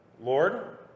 Lord